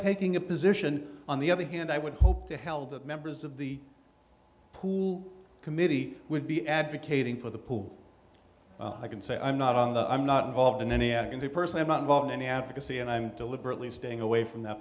taking a position on the other hand i would hope to hell that members of the pool committee would be advocating for the pool i can say i'm not on the i'm not involved in any am going to person i'm not involved in any advocacy and i'm deliberately staying away from that